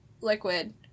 liquid